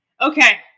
Okay